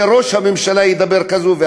וראש הממשלה ידבר בצורה כזאת,